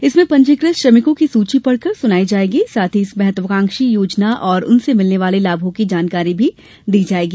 इसमें पंजीकृत श्रमिकों की सूची पढकर सुनायी जाएगी साथ ही इस महत्वाकांक्षी योजना और उससे मिलने वाले लाभों की जानकारी दी जाएगी